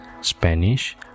spanish